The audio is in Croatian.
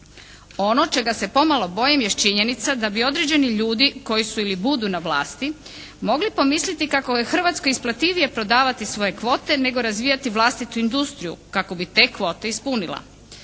Ono čega se pomalo bojim jest činjenica da bi određeni ljudi koji su ili budu na vlasti mogli pomisliti kako je Hrvatskoj isplativije prodavati svoje kvote nego razvijati vlastitu industriju kako bi te kvote ispunila.